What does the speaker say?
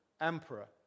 emperor